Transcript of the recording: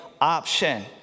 option